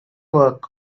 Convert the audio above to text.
work